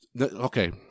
Okay